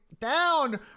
down